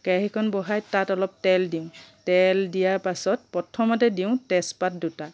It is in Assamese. কেৰাহীখন বহাই তাত অলপ তেল দিওঁ তেল দিয়া পাছত প্ৰথমতে দিওঁ তেজপাত দুটা